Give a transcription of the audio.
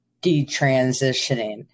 detransitioning